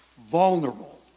Vulnerable